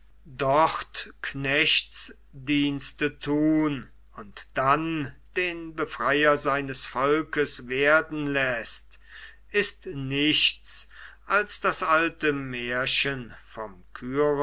dort knechtsdienste tun und dann den befreier seines volkes werden läßt ist nichts als das alte märchen vom